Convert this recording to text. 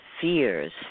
fears